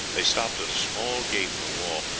they stopped at a small gate in the wall,